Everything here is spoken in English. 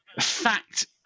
fact